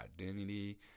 identity